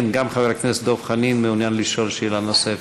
גם חבר הכנסת דב חנין מעוניין לשאול שאלה נוספת,